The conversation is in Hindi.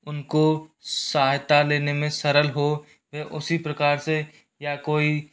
उनको सहायता लेने में सरल हो या उसी प्रकार से या कोई